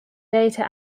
data